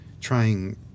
trying